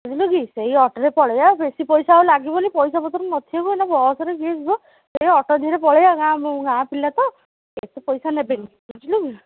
ବୁଝିଲୁକି ସେଇ ଅଟୋରେ ପଳେଇବା ବେଶୀ ପଇସା ଆଉ ଲାଗିବନି ପଇସା ପତ୍ର ନଥିବ ଏନା ବସରେ କିଏ ଯିବ ସେ ଅଟୋ ଦେହରେ ପଳେଇବା ଗାଁ ବ ଗାଁ ପିଲା ତ ବେଶୀ ପଇସା ନେବେନି ବୁଝିଲୁ କି